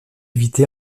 évité